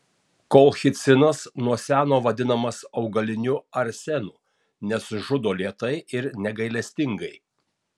kolchicinas nuo seno vadinamas augaliniu arsenu nes žudo lėtai ir negailestingai